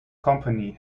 company